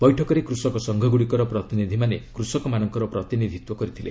ବୈଠକରେ କୃଷକ ସଂଘଗୁଡ଼ିକର ପ୍ରତିନିଧିମାନେ କୃଷକମାନଙ୍କର ପ୍ରତିନିଧିତ୍ୱ କରିଥିଲେ